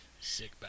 sick